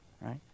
right